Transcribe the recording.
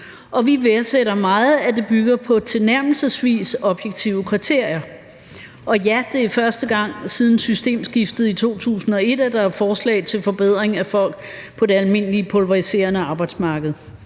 vi værdsætter meget, at det bygger på tilnærmelsesvis objektive kriterier. Og ja, det er første gang siden systemskiftet i 2001, at der er forslag til forbedring i forhold til folk på det almindeligt pulveriserende arbejdsmarked.